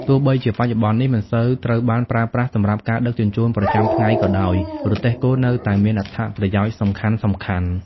ទោះបីជាបច្ចុប្បន្ននេះមិនសូវត្រូវបានប្រើប្រាស់សម្រាប់ការដឹកជញ្ជូនប្រចាំថ្ងៃក៏ដោយ រទេះគោនៅតែមានអត្ថប្រយោជន៍សំខាន់ៗ ។